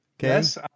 Yes